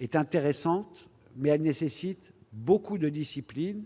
est intéressante, mais elle nécessite beaucoup de discipline